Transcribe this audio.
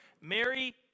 Mary